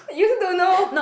you also don't know